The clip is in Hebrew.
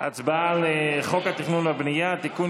הצבעה על חוק התכנון והבנייה (תיקון,